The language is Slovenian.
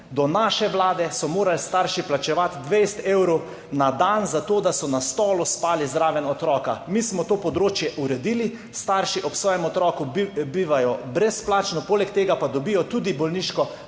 Do naše vlade so morali starši plačevati 20 evrov na dan za to, da so na stolu spali zraven otroka. Mi smo to področje uredili, starši ob svojem otroku bivajo brezplačno, poleg tega pa dobijo tudi bolniško